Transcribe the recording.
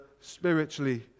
spiritually